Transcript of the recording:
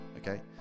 Okay